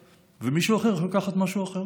ומישהו אחר יכול לקחת משהו אחר.